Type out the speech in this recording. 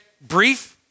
brief